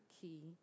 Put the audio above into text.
key